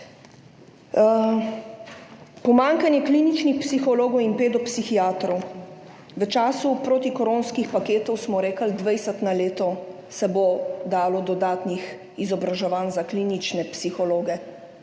Pomanjkanje kliničnih psihologov in pedopsihiatrov. V času protikoronskih paketov smo rekli, da se bo dalo 20 dodatnih izobraževanj za klinične psihologe